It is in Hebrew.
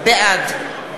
בעד